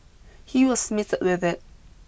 he was smitten with it